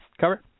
cover